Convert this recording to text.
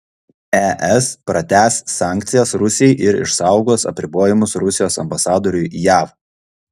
es pratęs sankcijas rusijai ir išsaugos apribojimus rusijos ambasadoriui jav